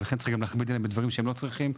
צריך להכביד עליהם בדברים שהם לא צריכים?